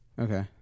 Okay